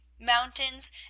mountains